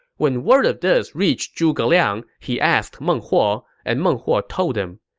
when word of this reached zhuge liang, he asked meng huo, and meng huo told him,